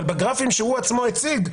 אבל בגרפים שהוא עצמו הציג,